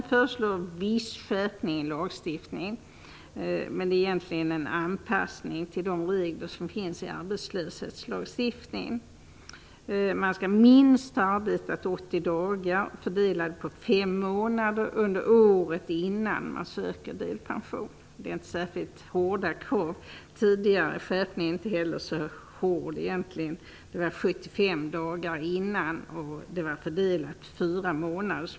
Vi föreslog en viss skärpning i lagstiftningen, men det var egentligen en anpassning till de regler som finns i arbetsrättslagstiftningen. Man skall ha arbetat minst i 180 dagar fördelade på fem månader under året innan man söker delpension. Det är inte ett särskilt hårt krav. Den tidigare skärpningen var inte heller så hård. Skillnaden var 75 dagar innan som var fördelade på fyra månader.